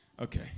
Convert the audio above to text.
Okay